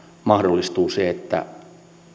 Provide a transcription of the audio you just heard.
mahdollistuu se että